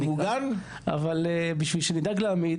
אבל בשביל שנדאג לעמית,